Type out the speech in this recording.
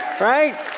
right